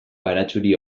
baratxuri